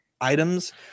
items